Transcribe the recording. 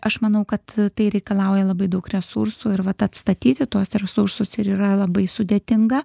aš manau kad tai reikalauja labai daug resursų ir vat atstatyti tuos resursus ir yra labai sudėtinga